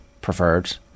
preferred